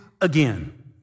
again